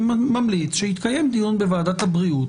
אני ממליץ שיתקיים דיון בוועדת הבריאות